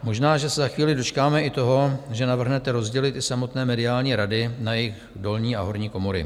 Možná že se za chvíli dočkáme i toho, že navrhnete rozdělit i samotné mediální rady na jejich dolní a horní komory.